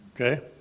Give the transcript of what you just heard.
Okay